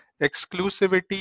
exclusivity